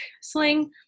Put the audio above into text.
sling